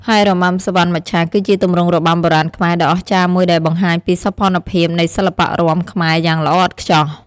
ហើយរបាំសុវណ្ណមច្ឆា គឺជាទម្រង់របាំបុរាណខ្មែរដ៏អស្ចារ្យមួយដែលបង្ហាញពីសោភ័ណភាពនៃសិល្បៈរាំខ្មែរយ៉ាងល្អឥតខ្ចោះ។